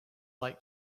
like